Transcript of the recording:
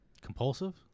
Compulsive